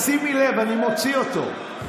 שימי לב, אני מוציא אותו.